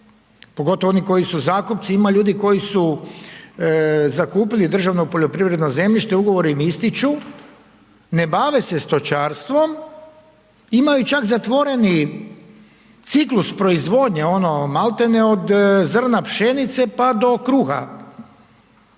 pogotovo oni koji su zakupci, ima ljudi koji su zakupili državno poljoprivredno zemljište, ugovori im ističu, ne bave se stočarstvom, imaju čak zatvoreni ciklus proizvodnje ono maltene od zrna pšenice pa do kruha